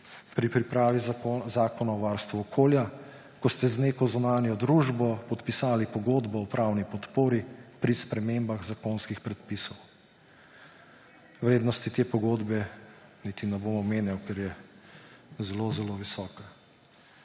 pri pripravi Zakona o varstvu okolja, ko ste z neko zunanjo družbo podpisali pogodbo o pravni podpori pri spremembah zakonskih predpisov. Vrednosti te pogodbe niti ne bom omenjal, ker je zelo zelo visoka.